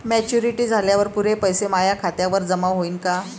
Maturity झाल्यावर पुरे पैसे माया खात्यावर जमा होईन का?